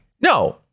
No